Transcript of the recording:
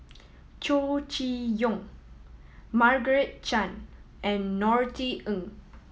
Chow Chee Yong Margaret Chan and Norothy Ng